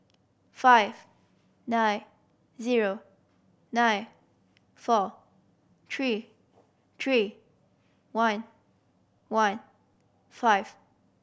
five nine zero nine four three three one one five